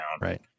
Right